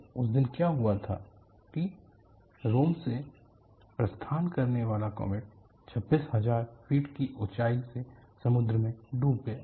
तो उस दिन क्या हुआ था कि रोम से प्रस्थान करने वाला कॉमेट 26000 फीट की ऊंचाई से समुद्र में डूब गया